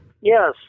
Yes